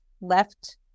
left